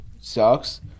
sucks